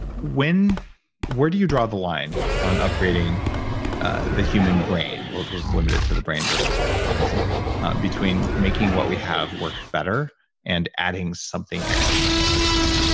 where do you draw the line on upgrading the human brain? what is limited to the brain versus all of humans between making what we have worked better and adding something external to your brain?